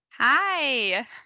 Hi